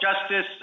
Justice